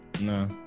No